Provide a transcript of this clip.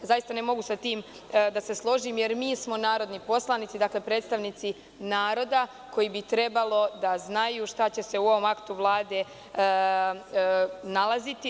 Zaista ne mogu s tim da se složim, jer smo mi narodni poslanici, dakle, predstavnici naroda koji bi trebalo da znaju šta će se u ovom aktu Vlade nalaziti.